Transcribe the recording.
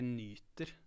nyter